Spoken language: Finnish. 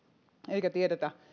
eikä tiedetä